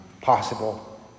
possible